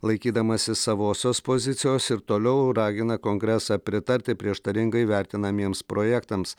laikydamasis savosios pozicijos ir toliau ragina kongresą pritarti prieštaringai vertinamiems projektams